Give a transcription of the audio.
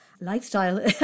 lifestyle